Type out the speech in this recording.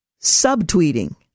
Subtweeting